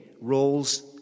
roles